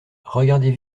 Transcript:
regardez